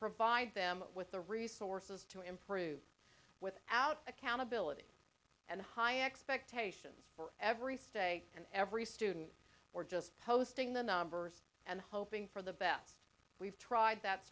provide them with the resources to improve with out accountability and high expectations for every state and every student or just posting the numbers and hoping for the best we've tried that